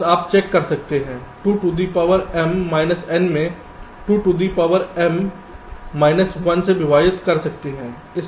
बस आप चेक कर सकते हैं 2 to the power m minus n में 2 to the power m minus 1 से विभाजित कर सकते हैं